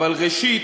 אבל ראשית,